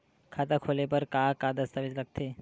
खाता खोले बर का का दस्तावेज लगथे?